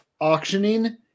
auctioning